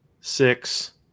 six